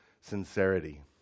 sincerity